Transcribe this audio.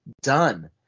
done